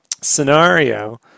scenario